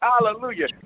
Hallelujah